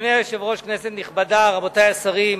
אדוני היושב-ראש, כנסת נכבדה, רבותי השרים,